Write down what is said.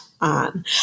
on